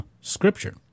scripture